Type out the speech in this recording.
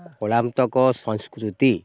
କଳାନ୍ତକ ସଂସ୍କୃତି